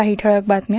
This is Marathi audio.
काही ठळक बातम्या